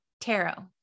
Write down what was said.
Tarot